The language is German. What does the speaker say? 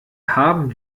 haben